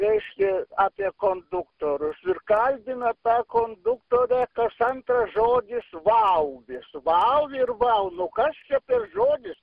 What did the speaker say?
reiškia apie konduktorus ir kalbina tą konduktorę kas antrą žodis vau vis vau ir vau nu kas čia per žodis